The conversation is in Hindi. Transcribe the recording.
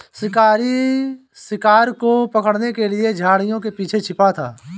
शिकारी शिकार को पकड़ने के लिए झाड़ियों के पीछे छिपा था